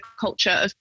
culture